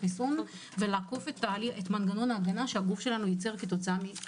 החיסון ולעקוף את מנגנון ההגנה שהגוף שלנו ייצר בעקבות החיסון.